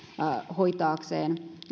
hoitaakseen